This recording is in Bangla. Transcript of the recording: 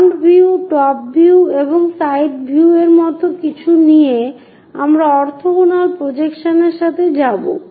ফ্রন্ট ভিউ টপ ভিউ এবং সাইড ভিউ এর মতো কিছু নিয়ে আমরা অরথোগোনাল প্রজেকশনের সাথে যাব